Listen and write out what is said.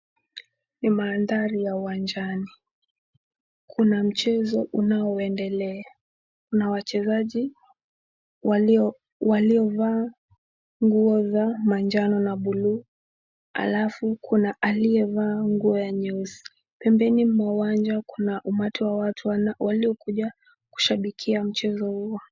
Ni mandhari ya uwanjani. Kuna mchezo unaoendelea, kuna wachezaji waliovaa nguo za manjano na buluu alafu kuna aliyevaa nguo ya nyeusi. Pembeni mwa uwanja kuna umati wa watu waliokuja kushambikia mchezo huo.